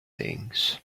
things